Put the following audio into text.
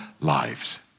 lives